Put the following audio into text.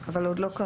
אבל עוד לא קראנו.